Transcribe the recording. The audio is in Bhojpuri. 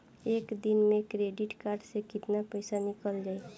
एक दिन मे क्रेडिट कार्ड से कितना पैसा निकल जाई?